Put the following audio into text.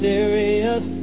Serious